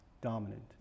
dominant